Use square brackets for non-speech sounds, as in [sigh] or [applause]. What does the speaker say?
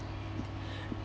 [breath]